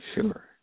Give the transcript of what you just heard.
Sure